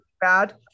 bad